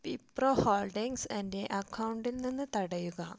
Wipro holdings എൻ്റെ അക്കൗണ്ടിൽ നിന്ന് തടയുക